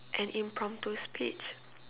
an impromptu speech